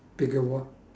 bigger what